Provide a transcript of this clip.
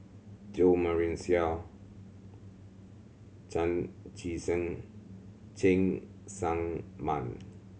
Jo Marion Seow Chan Chee Seng Cheng Tsang Man